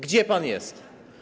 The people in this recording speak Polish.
Gdzie pan jest?